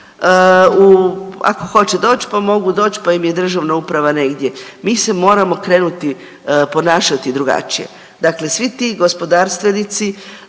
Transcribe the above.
ako hoće doći pa mogu doći, pa im je državna uprava negdje. Mi se moramo krenuti ponašati drugačije. Dakle, svi ti gospodarstvenici